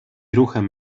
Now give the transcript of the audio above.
ruchem